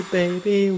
baby